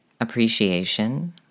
Appreciation